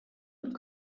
und